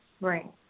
Right